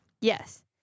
Yes